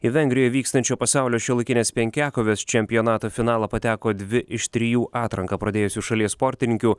į vengrijoje vykstančio pasaulio šiuolaikinės penkiakovės čempionato finalą pateko dvi iš trijų atranką pradėjusių šalies sportininkių